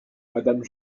madame